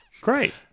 Great